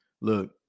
look